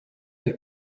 ein